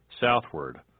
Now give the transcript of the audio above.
southward